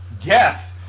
Yes